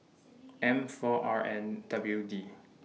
M four R N W D